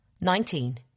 Nineteen